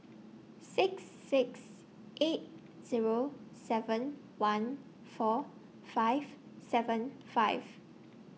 six six eight Zero seven one four five seven five